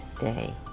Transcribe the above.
Day